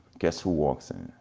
guess who walks in?